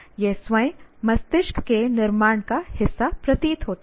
यह स्वयं मस्तिष्क के निर्माण का हिस्सा प्रतीत होता है